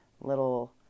little